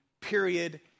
Period